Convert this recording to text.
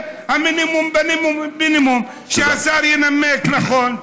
והמינימום במינימום זה שהשר ינמק נכון.